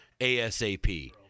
ASAP